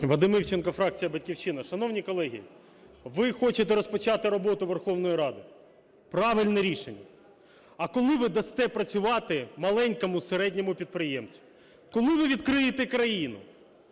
Вадим Івченко, фракція "Батьківщина". Шановні колеги, ви хочете розпочати роботу Верховної Ради – правильне рішення. А коли ви дасте працювати маленькому, середньому підприємцю? Коли ви відкриєте країну?